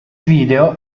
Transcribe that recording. video